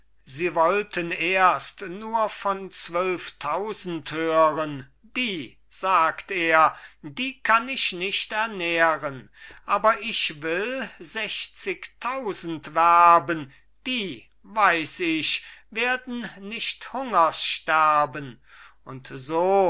sie wollten erst nur von zwölftausend hören die sagt er die kann ich nicht ernähren aber ich will sechzigtausend werben die weiß ich werden nicht hungers sterben und so